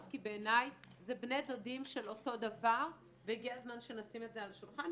כי בעיני זה בני דודים של אותו דבר והגיע הזמן שנשים את זה על השולחן.